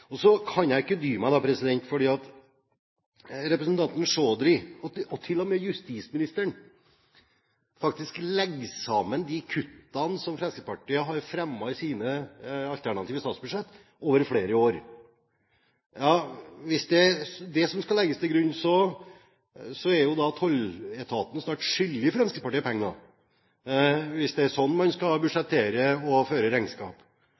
Så kan jeg ikke dy meg, for representanten Chaudhry – og til og med justisministeren – legger faktisk sammen de kuttene som Fremskrittspartiet har fremmet i sine alternative statsbudsjetter over flere år. Hvis det er det som skal legges til grunn, så skylder jo tolletaten snart Fremskrittspartiet penger, hvis det er sånn man skal budsjettere og føre regnskap.